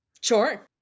Sure